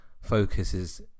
focuses